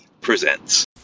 Presents